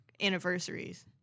anniversaries